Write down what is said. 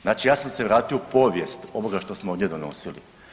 Znači ja sam se vratio u povijest ovoga što smo ovdje donosili.